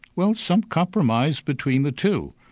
well some compromise between the two,